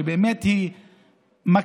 שבאמת היא מכה